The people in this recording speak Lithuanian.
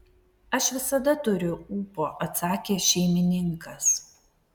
aš visada turiu ūpo atsakė šeimininkas